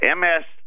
ms